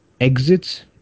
exits